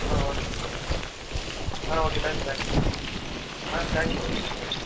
okay okay thank you thank you thank you okay sure